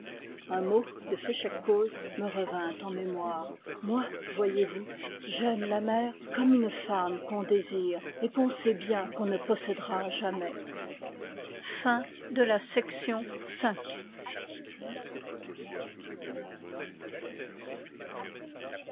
un mot de féchec coz me revint en mémoire moi voyez-vous j'aime la mer comme une femme qu'on désire et qu'on sait bien qu'on ne possédera jamais